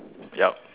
yup